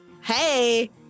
hey